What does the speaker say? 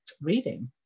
reading